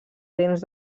dents